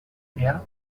ideal